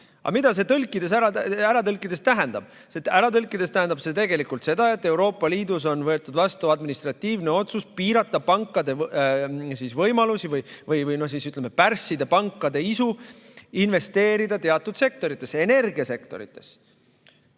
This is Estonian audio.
Aga mida see ära tõlkides tähendab? Ära tõlkides tähendab see tegelikult seda, et Euroopa Liidus on võetud vastu administratiivne otsus piirata pankade võimalusi või siis, ütleme, pärssida pankade isu investeerida teatud sektoritesse, energiasektoritesse.